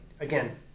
Again